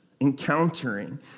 encountering